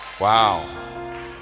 Wow